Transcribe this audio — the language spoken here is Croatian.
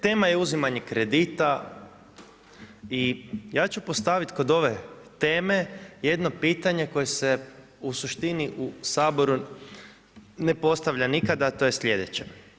Tama je uzimanje kredita i ja ću postaviti kod ove teme jedno pitanje koje se u suštini u Saboru na postavlja nikada a to je sljedeće.